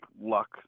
luck